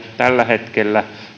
tällä hetkellä